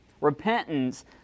repentance